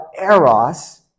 eros